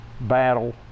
battle